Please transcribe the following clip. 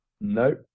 No